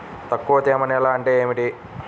తక్కువ తేమ నేల అంటే ఏమిటి?